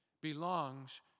belongs